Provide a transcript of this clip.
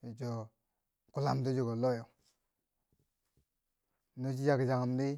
no cho kullam ti chike loh. No chi yakchanghum di.